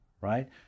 right